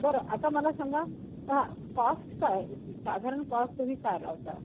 बरं आता मला सांगा हा कॉस्ट काय साधारण कॉस्ट तुम्ही काय लावता